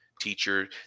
teacher